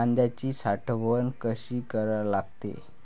कांद्याची साठवन कसी करा लागते?